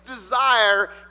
desire